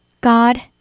God